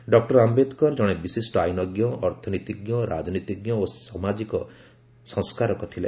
doctor Ambedkar ଜଣେ ବିଶିଷ୍ଟ ଆଇନଜ୍ଞ ଅର୍ଥନୀତିଜ୍ଞ ରାଜନୀତିଜ୍ଞ ଓ ସାମାଜିକ ସଂସ୍କାରକ ଥିଲେ